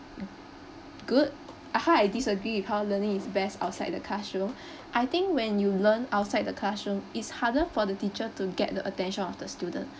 good how I disagree with how learning is best outside the classroom I think when you learn outside the classroom it's harder for the teacher to get the attention of the student